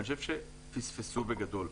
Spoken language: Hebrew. אני חושב שפספסו בגדול.